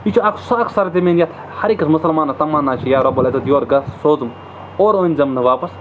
یہِ چھُ اکھ سُہ اکھ سر زٔمیٖن یَتھ ہر أکِس مُسلمانَس تمنّا چھِ یا رۄبُ العزت یورٕ گژھٕ سوزُم اورٕ أنۍ زٮ۪م نہٕ واپَس